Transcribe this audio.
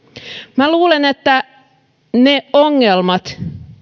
luulen että ne ongelmat